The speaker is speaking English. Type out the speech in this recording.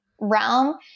realm